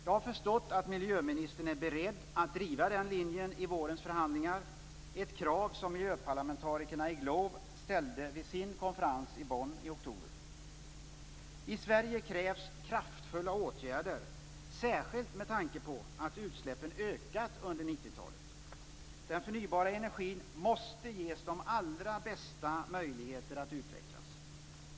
Jag har förstått att miljöministern är beredd att driva den linjen i vårens förhandlingar - ett krav som miljöparlamentarikerna i Globe ställde vid sin konferens i Bonn i oktober. I Sverige krävs kraftfulla åtgärder, särskilt med tanke på att utsläppen ökat under 90-talet. Den förnybara energin måste ges de allra bästa möjligheter att utvecklas.